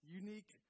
unique